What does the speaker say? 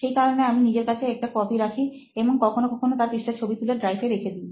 সেই কারণে আমি নিজের কাছে একটা কপি রাখি এবং কখনো কখনো তার পৃষ্ঠার ছবি তুলে ড্রাইভ এ রেখেদি